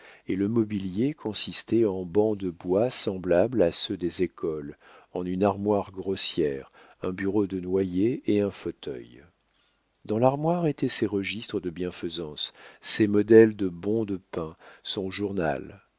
et le mobilier consistait en bancs de bois semblables à ceux des écoles en une armoire grossière un bureau de noyer et un fauteuil dans l'armoire étaient ses registres de bienfaisance ses modèles de bons de pain son journal